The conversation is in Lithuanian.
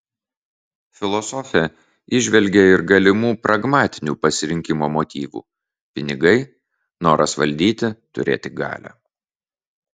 filosofė įžvelgė ir galimų pragmatinių pasirinkimo motyvų pinigai noras valdyti turėti galią